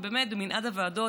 ובאמת במנעד הוועדות,